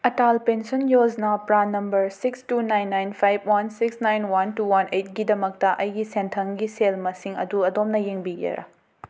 Atal pension Yojana PRAN number six two nine nine five one six nine one two one ꯑꯩꯠꯀꯤꯗꯃꯛꯇꯥ ꯑꯩꯒꯤ ꯁꯦꯟꯊꯪꯒꯤ ꯁꯦꯜ ꯃꯁꯤꯡ ꯑꯗꯨ ꯑꯗꯣꯝꯅ ꯌꯦꯡꯕꯤꯒꯦꯔꯥ